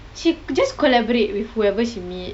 she just collaborate with whoever she meet